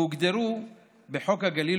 והוגדרו בחוק הגליל,